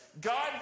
God